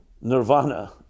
nirvana